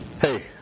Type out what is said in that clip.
hey